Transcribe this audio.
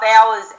hours